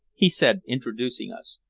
he said, introducing us,